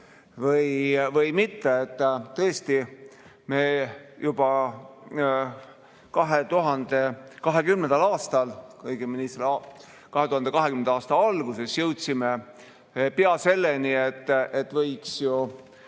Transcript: või mitte. Tõesti, me juba 2020. aastal, õigemini 2020. aasta alguses jõudsime pea selleni, et võiks ju